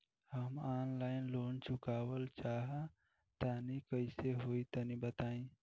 हम online loan चुकावल चाहऽ तनि कइसे होई तनि बताई?